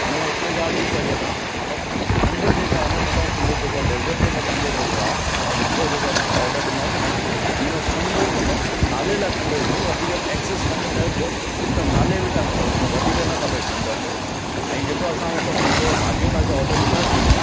उन में हिकिड़ी ॻाल्हि बि कजो तव्हां मतिलबु खंडु जेका आहे न मतिलबु सम्झो जेको डेजर्ट जेको असांजो जेको आहे मिठो जेको असां ऑडर ॾींदासीं न उन में खंडु मतिलबु नाले लाइ खंडु विझो वधीक एक्सेस खंडु न विझो हिकदमि नाले वटां मतिलबु वधीक न खपे खंडु वंडु ऐं जेको असां मतिलबु सम्झो भाॼियूं तव्हां ऑडर ॾींदासीं न